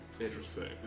Interesting